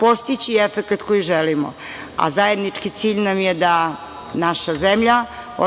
postići efekat koji želimo, a zajednički cilj nam je da naša zemlja